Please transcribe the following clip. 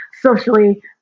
socially